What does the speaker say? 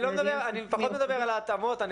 אני פחות מדבר על ההתאמות,